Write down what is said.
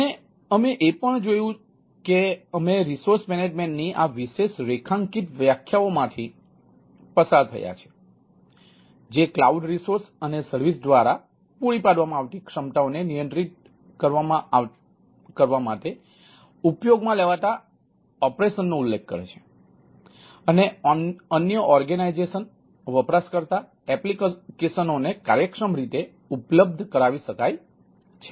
અને અમે એ પણ જોયું કે અમે રિસોર્સ મેનેજમેન્ટ ની આ વિશેષ રેખાંકિત વ્યાખ્યાઓમાંથી પસાર થયા છીએ જે ક્લાઉડ રિસોર્સ અને સર્વિસ દ્વારા પૂરી પાડવામાં આવતી ક્ષમતાઓને નિયંત્રિત કરવા માટે ઉપયોગમાં લેવાતા ઓપરેશનનો ઉલ્લેખ કરે છે અને અન્ય સંસ્થાઓ વપરાશકર્તા એપ્લિકેશનો ને કાર્યક્ષમ રીતે ઉપલબ્ધ કરાવી શકાય છે